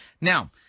now